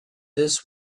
this